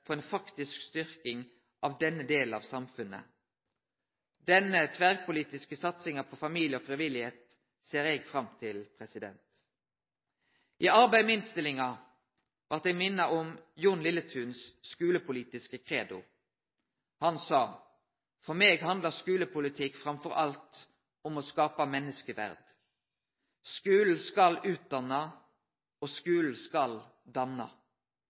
for en faktisk styrking av denne delen av samfunnet.» Denne tverrpolitiske satsinga på familie og frivilligheit ser eg fram til! I arbeidet med innstillinga blei eg minna om Jon Lilletuns skulepolitiske credo. Han sa: For meg handlar skulepolitikk framfor alt om å skape menneskeverd! Skulen skal utdanne – og skulen skal danne.